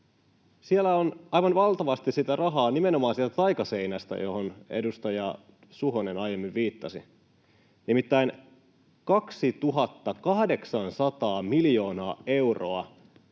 on aivan valtavasti sitä rahaa nimenomaan sieltä taikaseinästä, johon edustaja Suhonen aiemmin viittasi. Nimittäin 2 800 miljoonan euron